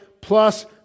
plus